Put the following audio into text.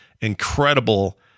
incredible